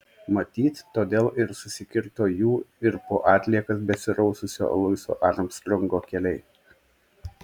matyt todėl ir susikirto jų ir po atliekas besiraususio luiso armstrongo keliai